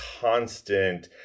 constant